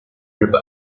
日本